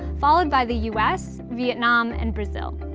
followed by the u s, vietnam and brazil.